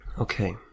Okay